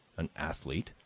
an athlete,